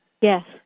Yes